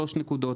3 נקודות,